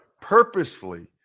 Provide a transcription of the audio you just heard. purposefully